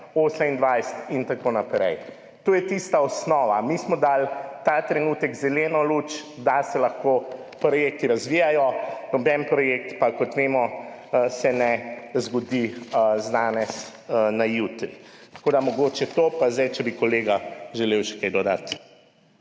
2028 in tako naprej. To je tista osnova. Mi smo dali ta trenutek zeleno luč, da se lahko projekti razvijajo, noben projekt pa se ne zgodi, kot vemo, z danes na jutri. Tako da mogoče to. Zdaj pa, če bi kolega želel še kaj dodati.